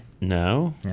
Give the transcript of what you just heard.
no